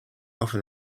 often